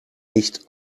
nicht